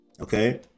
okay